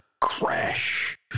crash